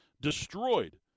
destroyed